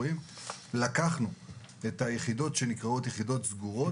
לקחנו את היחידות שנקראות יחידות סגורות